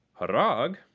harag